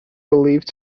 believed